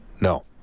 No